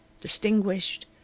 distinguished